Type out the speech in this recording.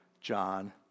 John